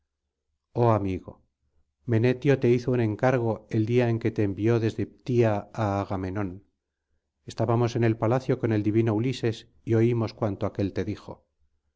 oh amigo menetio te hizo un encargo el día en que te envió desde ptía á agamenón estábamos en el palacio con el divino ulises y oímos cuanto aquél te dijo